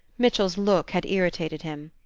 mitchell's look had irritated him.